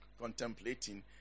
contemplating